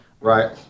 right